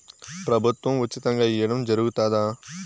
ప్రభుత్వం ఉచితంగా ఇయ్యడం జరుగుతాదా?